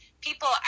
people